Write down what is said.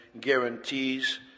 guarantees